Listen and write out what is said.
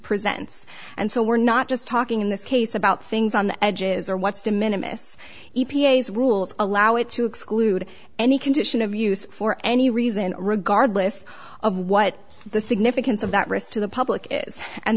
presents and so we're not just talking in this case about things on the edges or what's de minimus e p a s rules allow it to exclude any condition of use for any reason regardless of what the significance of that risk to the public is and